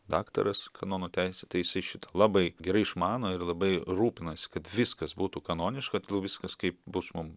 daktaras kanonų teisė tai jisai šitą labai gerai išmano ir labai rūpinasi kad viskas būtų kanoniška todėl viskas kaip bus mum